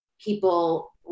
people